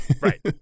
Right